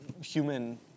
human